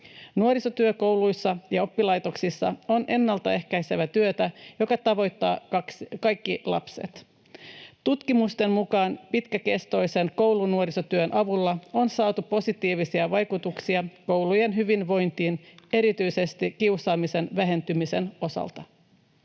Nuorisotyö kouluissa ja oppilaitoksissa on ennalta ehkäisevää työtä, joka tavoittaa kaikki lapset. Tutkimusten mukaan pitkäkestoisen koulunuorisotyön avulla on saatu positiivisia vaikutuksia koulujen hyvinvointiin erityisesti kiusaamisen vähentymisen osalta.